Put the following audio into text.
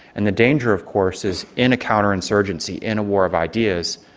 and the danger of course is in a counterinsurgency in a war of ideas,